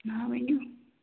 آ ؤنِو